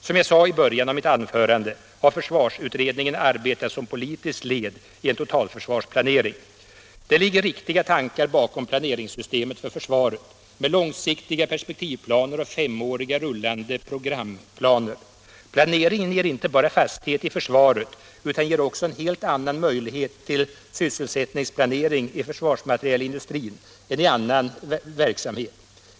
Som jag sade i början av mitt anförande har försvarsutredningen arbetat som politiskt led i en totalförsvarsplanering. Det ligger riktiga tankar bakom planeringssystemet för försvaret, med långsiktiga perspektivplaner och femåriga rullande programplaner. Planeringen ger inte bara fasthet i försvaret utan också en helt annan möjlighet till sysselsättningsplanering i försvarsmaterielindustrin än i annan verksamhet.